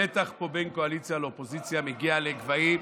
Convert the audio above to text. המתח פה בין קואליציה לאופוזיציה מגיע לגבהים,